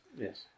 Yes